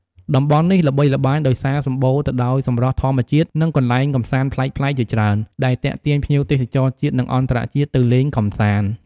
តំបន់នេះល្បីល្បាញដោយសារសម្បូរទៅដោយសម្រស់ធម្មជាតិ និងកន្លែងកម្សាន្តប្លែកៗជាច្រើន ដែលទាក់ទាញភ្ញៀវទេសចរជាតិ និងអន្តរជាតិទៅលេងកម្សាន្ត។